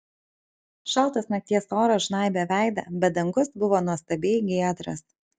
šaltas nakties oras žnaibė veidą bet dangus buvo nuostabiai giedras